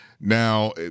Now